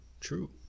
true